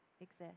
exist